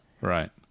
Right